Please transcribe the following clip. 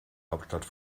hauptstadt